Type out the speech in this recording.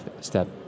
step